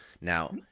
Now